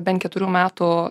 bent keturių metų